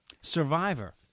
Survivor